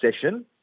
session